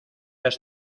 has